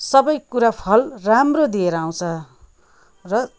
सबै कुरा फल राम्रो दिएर आउँछ र